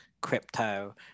crypto